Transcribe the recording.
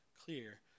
clear